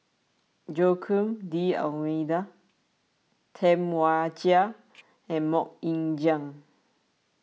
Joaquim D'Almeida Tam Wai Jia and Mok Ying Jang